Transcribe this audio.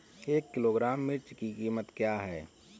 एक किलोग्राम मिर्च की कीमत क्या है?